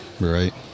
Right